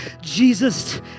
Jesus